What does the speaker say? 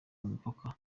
umupaka